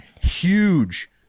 Huge